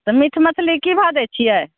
तऽ मीट मछली की भाव दै छियै